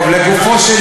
טוב, לגופו של